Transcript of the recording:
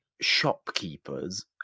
shopkeeper's